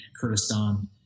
Kurdistan